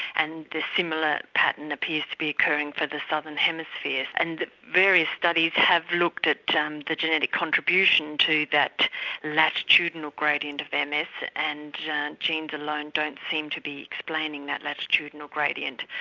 and the similar pattern appears to be occurring for the southern hemisphere. and various studies have looked at the genetic contribution to that latitudinal gradient of and ms, and genes alone don't seem to be explaining that latitudinal gradient.